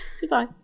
Goodbye